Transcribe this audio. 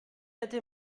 hätte